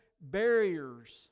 barriers